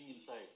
inside